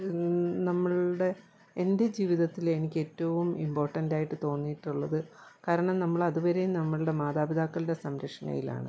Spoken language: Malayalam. നമ്മളുടെ എൻ്റെ ജീവിതത്തിലെ എനിക്കേറ്റവും ഇംപോർട്ടൻറ്റായിട്ട് തോന്നിയിട്ടുള്ളത് കാരണം നമ്മളതുവരെ നമ്മളുടെ മാതാപിതാക്കളുടെ സംരക്ഷണയിലാണ്